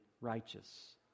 righteous